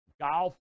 golf